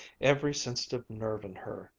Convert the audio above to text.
every sensitive nerve in her,